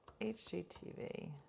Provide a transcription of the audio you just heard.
HGTV